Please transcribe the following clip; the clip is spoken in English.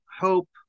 hope